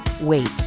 Wait